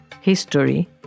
history